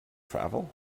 travel